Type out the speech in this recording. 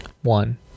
One